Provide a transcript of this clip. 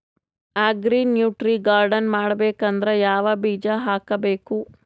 Agri nutri garden ಮಾಡಬೇಕಂದ್ರ ಯಾವ ಬೀಜ ಹಾಕಬೇಕು?